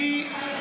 אני,